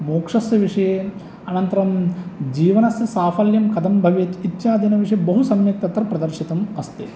मोक्षस्य विषये अनन्तरं जीवनस्य साफल्यं कदं भवेत् इत्यादिन विषये बहु सम्यक् तत्र प्रदर्शितम् अस्ति